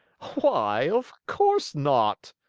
why, of course not!